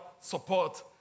support